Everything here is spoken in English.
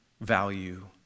value